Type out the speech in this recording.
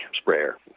sprayer